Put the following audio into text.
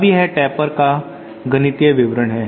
अब यह टेपर का गणितीय विवरण है